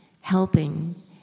helping